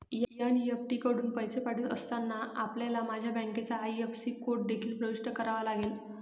NEFT कडून पैसे पाठवित असताना, आपल्याला माझ्या बँकेचा आई.एफ.एस.सी कोड देखील प्रविष्ट करावा लागेल